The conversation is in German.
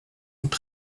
und